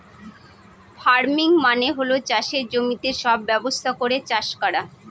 farming মানে হল চাষের জমিতে সব ব্যবস্থা করে চাষ করা